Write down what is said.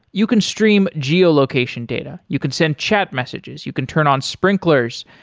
you can stream geo-location data, you can send chat messages, you can turn on sprinklers,